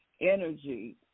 energy